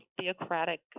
theocratic